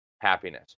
happiness